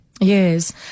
Yes